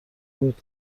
بود